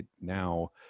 now